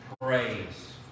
praise